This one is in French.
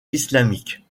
islamique